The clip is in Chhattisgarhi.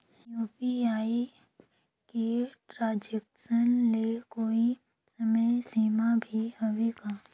यू.पी.आई के ट्रांजेक्शन ले कोई समय सीमा भी हवे का?